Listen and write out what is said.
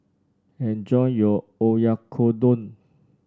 enjoy your Oyakodon